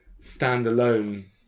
standalone